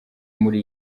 muli